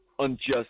Unjust